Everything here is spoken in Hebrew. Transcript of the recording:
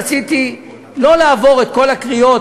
רציתי שלא לעבור את כל הקריאות,